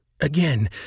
again